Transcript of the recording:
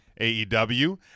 AEW